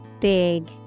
Big